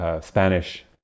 Spanish